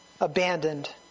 Abandoned